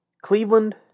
Cleveland